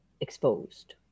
exposed